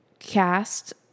cast